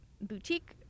Boutique